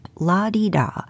la-di-da